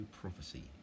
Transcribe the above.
prophecy